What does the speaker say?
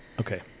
Okay